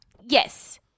Yes